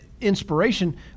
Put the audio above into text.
inspiration